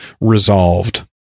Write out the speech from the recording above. resolved